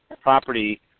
property